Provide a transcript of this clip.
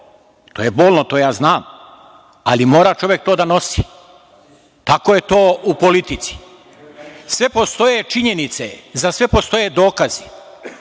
To je bolno, to ja znam, ali mora čovek to da nosi. Tako je to u politici.Za sve postoje činjenice, za sve postoje dokazi.